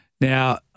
Now